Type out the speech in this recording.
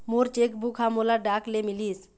मोर cheque book ह मोला डाक ले मिलिस